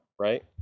right